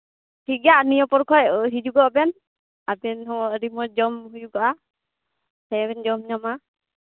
ᱴᱷᱤᱠ ᱜᱮᱭᱟ ᱱᱤᱭᱟᱹ ᱯᱚᱨ ᱠᱷᱚᱡ ᱦᱤᱡᱩᱜᱚᱜ ᱵᱮᱱ ᱟᱵᱮᱱ ᱦᱚᱸ ᱟᱹᱰᱤ ᱢᱚᱡᱽ ᱡᱚᱢ ᱦᱩᱭᱩᱜᱚᱜᱼᱟ ᱥᱮᱭᱵᱮᱱ ᱡᱚᱢ ᱡᱚᱝᱟ